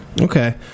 Okay